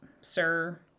sir